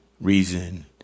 reason